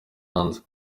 hanze